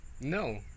No